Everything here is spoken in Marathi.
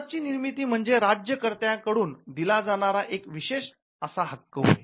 सनद ची निर्मिती म्हणजे राज्यकर्त्या कडून दिला जाणारा एक विशिष्ट असा हक्क होय